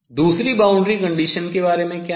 दूसरी boundary condition के बारे में क्या है